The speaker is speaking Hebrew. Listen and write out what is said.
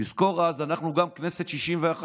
תזכור, אז, אנחנו גם כנסת 61,